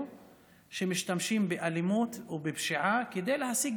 שמשתמשות באלימות ובפשיעה כדי להשיג,